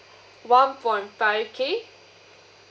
one point five K